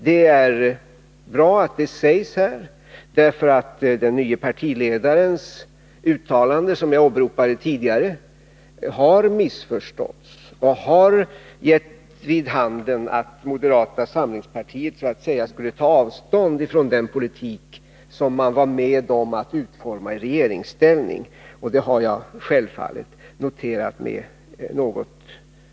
Det är bra att det sägs här, därför att det uttalande av den nye partiledaren som jag tidigare åberopade har missförståtts och har givit intrycket att moderata samlingspartiet så att säga skulle ta avstånd från den politik som man i regeringsställning var med om att utforma, något som jag självfallet noterat med undran.